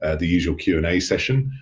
and the usual q and a session.